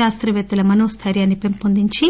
శాస్త పేత్తల మనో దైర్యాన్ని పెంపొందించి